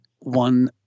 one